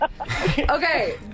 Okay